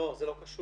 לא, זה לא קשור.